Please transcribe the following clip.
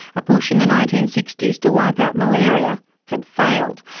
a push in the nineteen sixty s to wipe out malaria had failed.